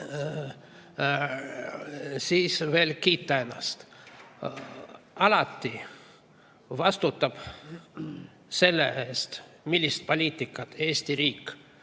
siis veel ennast kiita. Alati vastutab selle eest, millist poliitikat Eesti riik